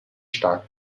stark